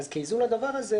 אז כאיזון לדבר הזה,